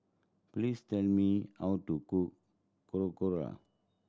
please tell me how to cook Korokke